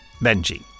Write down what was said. Benji